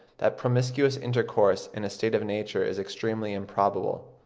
that promiscuous intercourse in a state of nature is extremely improbable.